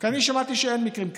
כי אני שמעתי שאין מקרים כאלה.